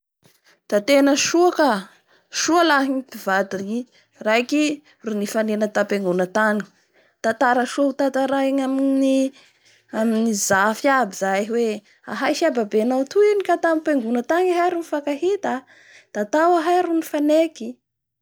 Tena soa ka soa laha ny mpivady raiky ro nifanena tampengona tany tanatara soa hotantaray ny amin'ny zafy aby zay hoe ahay sy ababe nao toy any ka tampengona tany ahay ro nifankahita da tao ahay ro nifaneky.